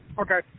Okay